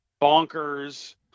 bonkers